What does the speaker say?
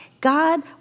God